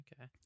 Okay